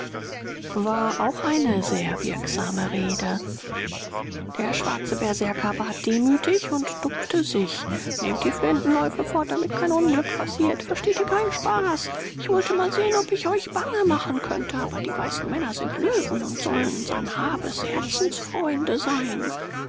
war auch eine sehr wirksame rede der schwarze berserker bat demütig und duckte sich nehmt die flintenläufe fort damit kein unglück passiert versteht ihr keinen spaß ich wollte mal sehen ob ich euch bange machen könnte aber die weißen männer sind löwen und sollen sanhabes herzensfreunde sein